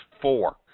Four